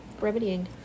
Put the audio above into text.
remedying